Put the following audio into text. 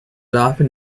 often